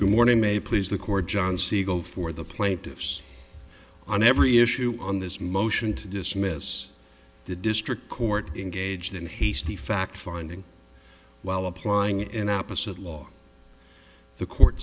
good morning may please the court john siegel for the plaintiffs on every issue on this motion to dismiss the district court in gauged in hasty fact finding while applying an opposite law the court